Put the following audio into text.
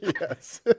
Yes